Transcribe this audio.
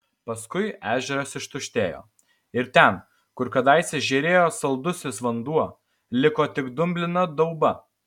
paskui ežeras ištuštėjo ir ten kur kadaise žėrėjo saldusis vanduo liko tik dumblina dauba